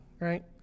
right